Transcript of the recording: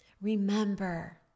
remember